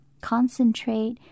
concentrate